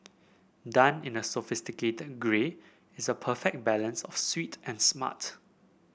done in a sophisticated grey is a perfect balance of sweet and smart